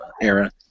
era